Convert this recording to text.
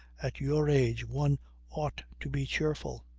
at your age one ought to be cheerful.